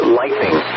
lightning